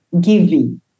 giving